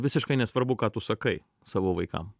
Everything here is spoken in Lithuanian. visiškai nesvarbu ką tu sakai savo vaikam